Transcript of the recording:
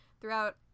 throughout